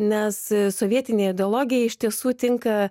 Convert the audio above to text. nes sovietinė ideologija iš tiesų tinka